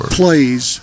plays